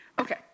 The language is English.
Okay